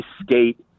skate